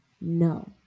no